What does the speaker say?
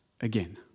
again